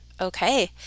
Okay